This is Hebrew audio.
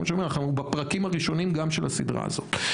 אנחנו בפרקים הראשונים גם של הסדרה הזאת.